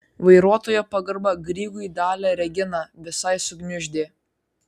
vairuotojo pagarba grygui dalią reginą visai sugniuždė